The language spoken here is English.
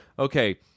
Okay